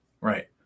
right